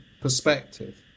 perspective